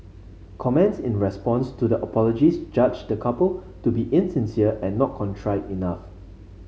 comments in response to the apologies judged the couple to be insincere and not contrite enough